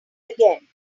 again